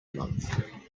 month